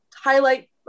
highlight